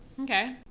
Okay